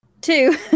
Two